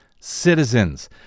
citizens